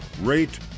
rate